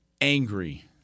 angry –